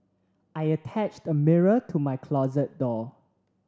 I attached a mirror to my closet door